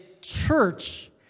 church